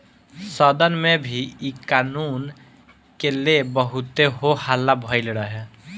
सदन में भी इ कानून के ले बहुते हो हल्ला भईल रहे